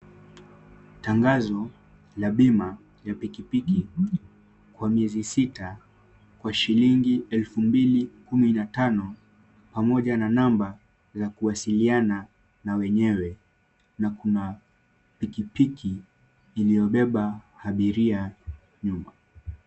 Tangazo la bima ya pikipiki kwa miezi sita kwa shilingi elfu mbili kumi na tano pamoja na namba ya kuwasiliana na wenyewe, na kuna pikipiki iliyobeba abiria nyuma.